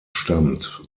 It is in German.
stammt